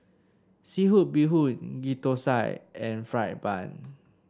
seafood Bee Hoon Ghee Thosai and fried bun